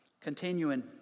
Continuing